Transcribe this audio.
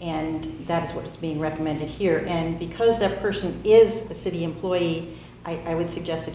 and that's what's mean recommended here and because every person is a city employee i would suggest that